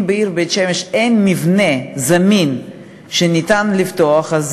אם בעיר בית-שמש אין מבנה זמין שניתן לפתוח בו,